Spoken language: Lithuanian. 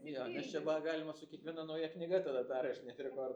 jo nes čia ba galima su kiekviena nauja knyga tada perrašinėt rekordą